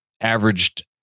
averaged